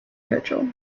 vigil